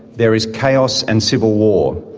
there is chaos and civil war,